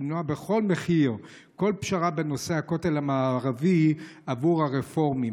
למנוע בכל מחיר כל פשרה בנושא הכותל המערבי עבור הרפורמים.